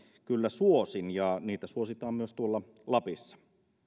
kyllä suosin ja niitä suositaan myös tuolla lapissa